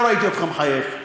לא ראיתי אותך מחייך.